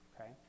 Okay